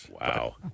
Wow